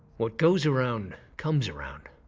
what goes around comes around.